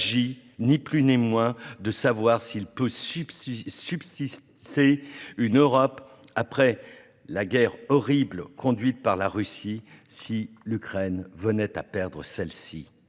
ni plus ni moins que de savoir s'il peut subsister une Europe après la guerre horrible conduite par la Russie, si l'Ukraine venait à perdre celle-ci.